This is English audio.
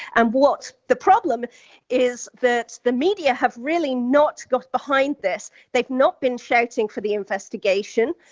and what the problem is that the media have really not got behind this. they've not been shouting for the investigation.